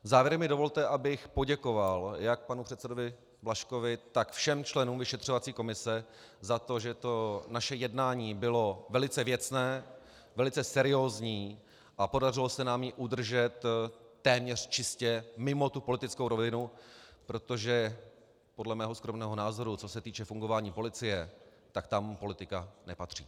Závěrem mi dovolte, abych poděkoval jak panu předsedovi Blažkovi, tak všem členům vyšetřovací komise za to, že naše jednání bylo velice věcné, velice seriózní a podařilo se nám jej udržet téměř čistě mimo politickou rovinu, protože podle mého skromného názoru, co se týče fungování policie, tak tam politika nepatří.